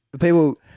people